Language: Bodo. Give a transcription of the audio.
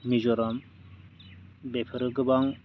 मिजराम बेफोरो गोबां